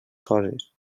coses